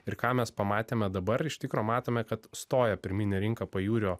ir ką mes pamatėme dabar iš tikro matome kad stoja pirminė rinka pajūrio